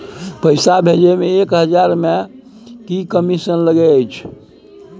पैसा भैजे मे एक हजार मे की कमिसन लगे अएछ?